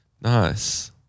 Nice